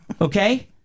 Okay